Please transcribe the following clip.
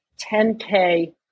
10K